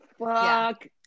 Fuck